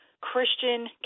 Christian